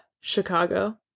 Chicago